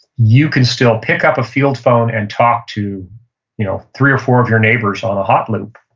you can still pick up a field phone and talk to you know three or four of your neighbors on a hot loop